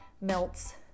melts